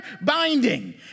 binding